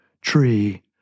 tree